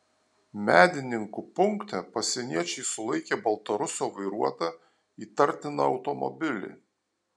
medininkų punkte pasieniečiai sulaikė baltarusio vairuotą įtartiną automobilį